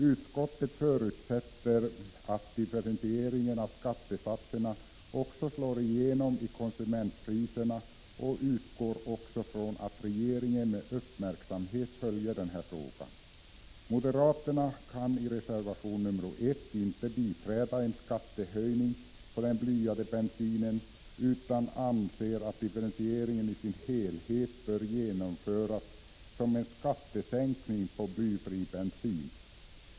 Utskottet förutsätter att differentieringen av skattesatserna också slår — Prot. 1985/86:55 igenom i konsumentpriserna och utgår från att regeringen med uppmärksam = 18 december 1985 het följer denna fråga. S SE i Skärpta avgasrenings Moderaterna kan i reservation nr 1 inte biträda en skattehöjning på den kor för perna blyade bensinen, utan anser att differentieringen i sin helhet bör genomföras om ; som en skattesänkning på blyfri bensin.